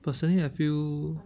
personally I feel